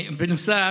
בנוסף,